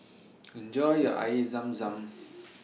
Enjoy your Air Zam Zam